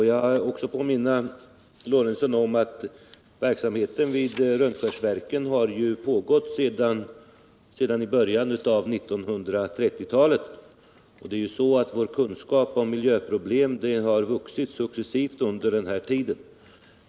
Jag vill också påminna Gustav Lorentzon om att verksamheten vid Rönnskärsverken har pågått sedan början av 1930-talet, och vår kunskap om miljöproblemen har vuxit successivt under den tiden.